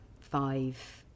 five